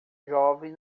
jovem